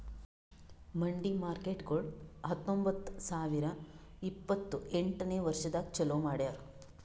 ಮಂಡಿ ಮಾರ್ಕೇಟ್ಗೊಳ್ ಹತೊಂಬತ್ತ ಸಾವಿರ ಇಪ್ಪತ್ತು ಎಂಟನೇ ವರ್ಷದಾಗ್ ಚಾಲೂ ಮಾಡ್ಯಾರ್